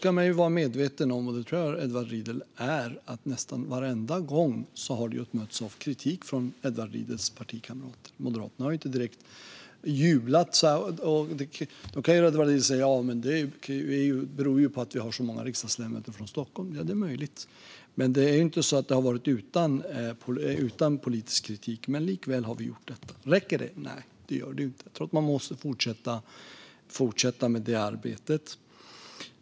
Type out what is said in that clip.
Man ska dock vara medveten om - och det tror jag att Edward Riedl är - att detta nästan varenda gång har mötts av kritik från hans partikamrater. Moderaterna har inte direkt jublat. Då kanske Edward Riedl säger: Det beror ju på att vi har så många riksdagsledamöter från Stockholm. Ja, det är möjligt. Detta har dock inte varit utan politisk kritik, men likväl har vi gjort det. Räcker det? Nej, det gör det inte. Jag tror att man måste fortsätta med arbetet.